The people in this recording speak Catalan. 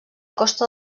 costa